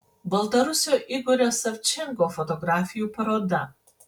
baltarusio igorio savčenko fotografijų paroda